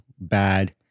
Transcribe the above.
bad